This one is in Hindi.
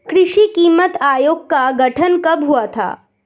कृषि कीमत आयोग का गठन कब हुआ था?